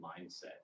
mindset